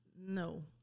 No